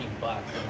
bucks